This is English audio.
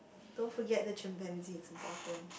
don't forget the chimpanzee it's important